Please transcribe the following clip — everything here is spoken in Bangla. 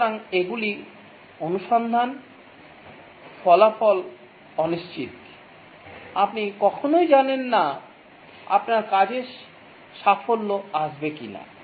সুতরাং এগুলি অনুসন্ধান ফলাফল অনিশ্চিত আপনি কখনই জানেন না আপনার কাজের সাফল্য আসবে কি না